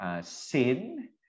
Sin